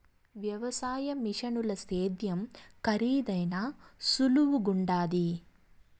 వ్యవసాయ మిషనుల సేద్యం కరీదైనా సులువుగుండాది